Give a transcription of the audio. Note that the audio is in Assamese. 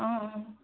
অঁ অঁ